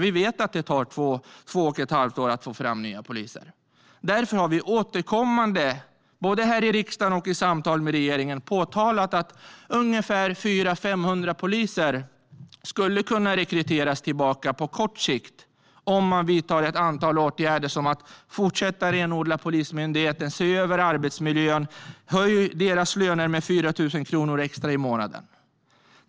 Vi vet att det tar två och ett halvt år att få fram nya poliser, och därför har vi återkommande, både här i riksdagen och i samtal med regeringen, påpekat att ungefär 400-500 poliser skulle kunna rekryteras tillbaka på kort sikt om man vidtar ett antal åtgärder som att fortsätta renodla Polismyndigheten, se över arbetsmiljön och höja polisernas lön med 4 000 kronor extra i månaden. Herr talman!